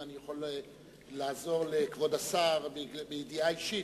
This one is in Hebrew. אם אני יכול לעזור לכבוד השר מידיעה אישית,